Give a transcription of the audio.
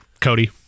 Cody